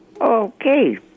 okay